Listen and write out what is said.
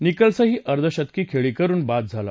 निकल्सही अर्धशतकी खळी करुन बाद झाला